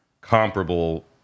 comparable